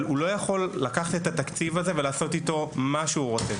אבל הוא לא יכול לקחת את התקציב הזה ולעשות איתו מה שהוא רוצה.